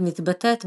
מתבטאת,